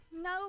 No